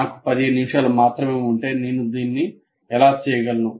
నాకు 15 నిమిషాలు మాత్రమే ఉంటే నేను దీన్ని ఎలా చేయగలను